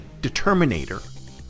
determinator